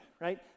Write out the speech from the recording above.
right